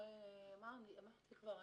אמרתי כבר,